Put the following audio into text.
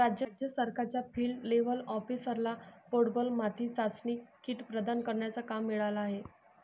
राज्य सरकारच्या field level ऑफिसरला पोर्टेबल माती चाचणी किट प्रदान करण्याचा काम मिळाला आहे